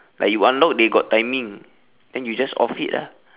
like you unlock they got timing then you just off it lah